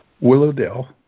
Willowdale